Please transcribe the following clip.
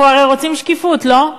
אנחנו הרי רוצים שקיפות, לא?